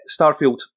Starfield